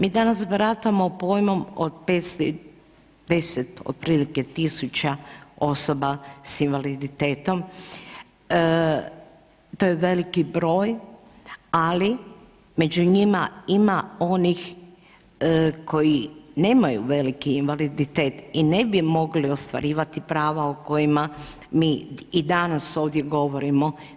Mi danas baratamo pojmom od 510 otprilike tisuća osoba sa invaliditetom, to je veliki broj ali među njima ima onih koji nemaju veliki invaliditet i ne bi mogli ostvarivati prava o kojima mi i danas ovdje govorimo.